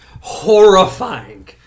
horrifying